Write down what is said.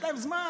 יש להם זמן,